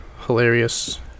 hilarious